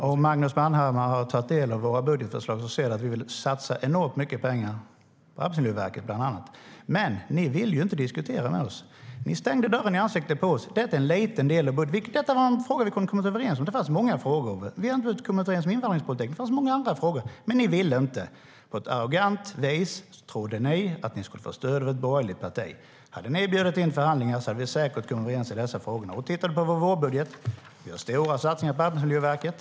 Herr talman! Om Magnus Manhammar tar del av våra budgetförslag ser han att vi vill satsa enormt mycket pengar på bland annat Arbetsmiljöverket. Men ni ville inte diskutera med oss, Magnus Manhammar. Ni stängde dörren i ansiktet på oss. Detta är en liten del av budgeten. Det är en fråga vi kunde ha kommit överens om. Det fanns många frågor. Vi hade inte behövt komma överens om invandringspolitiken. Det fanns många andra frågor också. Men ni ville inte. Ni betedde er arrogant, eftersom ni trodde att ni skulle få stöd av ett borgerligt parti. Hade ni bjudit in till förhandlingar hade vi säkert kommit överens i dessa frågor. I vår vårbudget har vi stora satsningar på Arbetsmiljöverket.